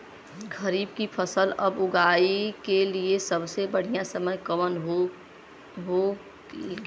खरीफ की फसल कब उगाई के लिए सबसे बढ़ियां समय कौन हो खेला?